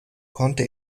konnte